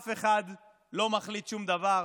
אף אחד לא מחליט שום דבר.